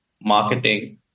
marketing